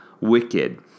wicked